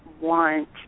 want